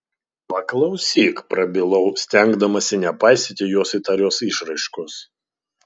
paklausyk prabilau stengdamasi nepaisyti jos įtarios išraiškos